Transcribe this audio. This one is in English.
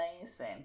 Amazing